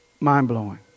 mind-blowing